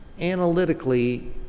analytically